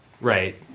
right